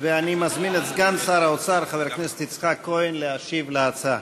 אני מזמין את סגן שר האוצר חבר הכנסת יצחק כהן להשיב להצעה.